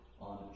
on